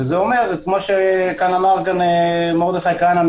שזה אומר כמו שמרדכי הזכיר: